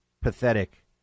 pathetic